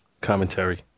commentary